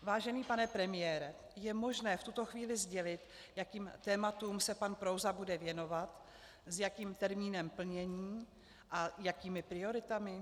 Vážený pane premiére je možné v tuto chvíli sdělit, jakým tématům se pan Prouza bude věnovat, s jakým termínem plnění a jakými prioritami?